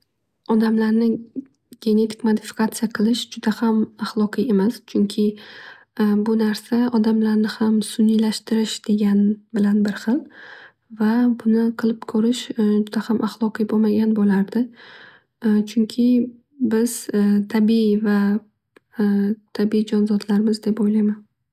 Odamlarni genetik modifikatsiya qilish juda ham ahloqiy emas. Chunki bu narsa odamlarni ham suniylashtirish degan bilan bir xil. Va buni qilib ko'rish juda ham ahloqiy bo'lmagan bo'lardi. Chunki biz tabiiy va tabiiy jonzodlarmiz deb o'ylayman.